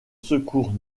secours